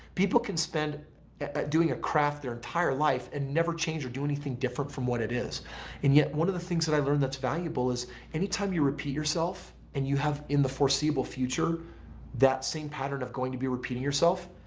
people can spend at doing a craft their entire life and never change or do anything different from what it is and yet one of the things that i learned that's valuable valuable is anytime you repeat yourself and you have in the foreseeable future that same pattern of going to be repeating yourself,